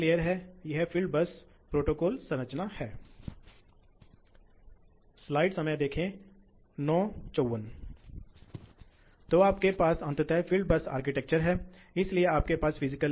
अब यहाँ इससे पहले कि हम चर्चा करें कि हमें यह समझने की आवश्यकता है कि फैन लॉज़ के रूप में क्या जाना जाता है इसलिए फैन लॉज़ क्या हैं